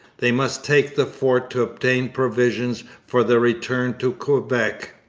they must take the fort to obtain provisions for the return to quebec.